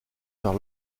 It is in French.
vers